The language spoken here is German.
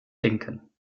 denken